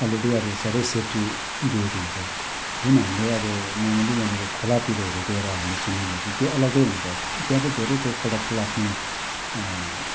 already अब सबै safety दिएको हुन्छ जुन हामीले अब मामुली यहाँनिर खोलातिरहरू गएर हामीले स्विमिङ गर्छौँ त्यो अलग्गै हुन्छ त्यहाँ चाहिँ धेरै चोटपटक लाग्ने